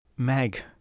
Meg